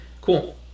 Cool